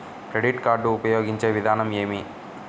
Credit card ఉపయోగించే విధానం ఏమి?